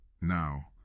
Now